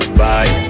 bye